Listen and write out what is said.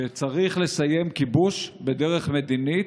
שצריך לסיים כיבוש בדרך מדינית.